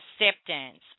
acceptance